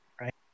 right